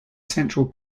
central